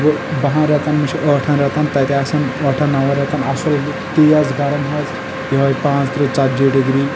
بَہن رٮ۪تن منٛز چھ ٲٹھن رٮ۪تن تَتہِ آسان أٹھن نَون رٮ۪تن اصل تیز گرم حظ یِہے پانٛژترٕہ ژَتجی ڈِگری